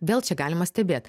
vėl čia galima stebėt